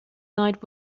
night